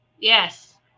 Yes